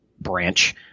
branch